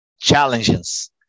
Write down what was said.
challenges